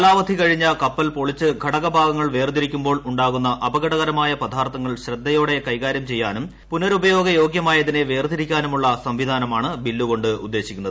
കാലാവധി കഴിഞ്ഞ കപ്പൽ പൊളിച്ച് ഘടകഭാഗങ്ങൾ വേർതിരിക്കുമ്പോൾ ഉണ്ടാകുന്ന അപകടകരമായ പദാർത്ഥങ്ങൾ ശ്രദ്ധയോടെ കൈകാര്യം ചെയ്യാനും പുനരുപയോഗ യോഗ്യമായതിനെ വേർതിരിക്കാനുമുള്ള സംവിധാനമാണ് ബില്ലു കൊണ്ട് ഉദ്ദേശിക്കുന്നത്